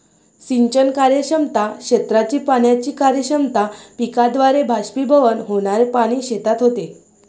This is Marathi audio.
सिंचन कार्यक्षमता, क्षेत्राची पाण्याची कार्यक्षमता, पिकाद्वारे बाष्पीभवन होणारे पाणी शेतात होते